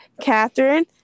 Catherine